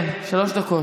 כן, שלוש דקות.